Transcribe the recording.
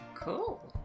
Cool